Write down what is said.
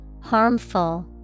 Harmful